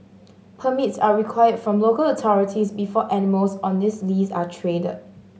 permits are required from local authorities before animals on this list are traded